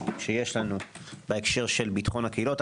שיש לנו בהקשר של ביטחון הקהילות.